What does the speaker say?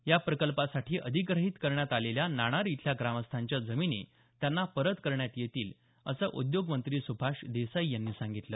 या प्रकल्पासाठी अधिग्रहीत करण्यात आलेल्या नाणार इथल्या ग्रामस्थांच्या जमिनी त्यांना परत करण्यात येतील असं उद्योगमंत्री सुभाष देसाई यांनी सांगितलं